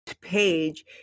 Page